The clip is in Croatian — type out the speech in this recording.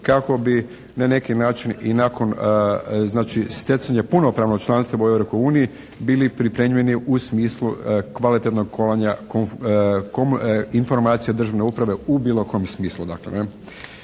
kako bi na neki način i nakon znači stjecanja punopravnog članstva … /Govornik se ne razumije./ … bili pripremljeni u smislu kvalitetnog kolanja informacija državne uprave u bilo kom smislu,